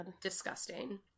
disgusting